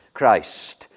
christ